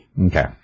Okay